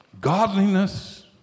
Godliness